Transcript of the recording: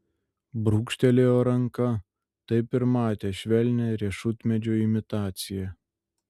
brūkštelėjo ranka taip ir matė švelnią riešutmedžio imitaciją